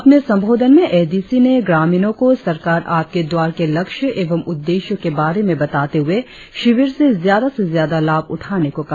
अपने संबोधित में ए डी सी ने ग्रामीणों को सरकार आपके द्वार के लक्ष्य एवं उद्देश्य के बारे में बताते हुए शिविर से ज्यादा से ज्यादा लाभ उठाने को कहा